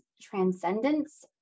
transcendence